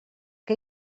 que